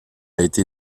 été